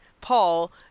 Paul